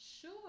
Sure